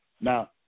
now